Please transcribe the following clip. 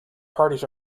parties